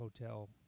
hotel